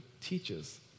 teaches